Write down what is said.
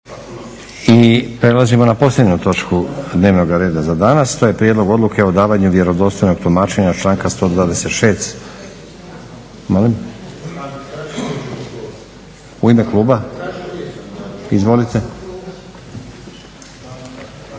I prelazimo na posljednju točku dnevnoga reda za danas. To je prijedlog Odluke o davanju vjerodostojnog tumačenja članka 126. … /Upadica se